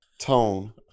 tone